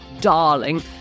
darling